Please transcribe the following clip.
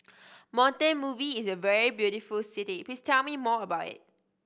Montevideo is a very beautiful city please tell me more about it